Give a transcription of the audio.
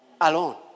Alone